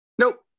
Nope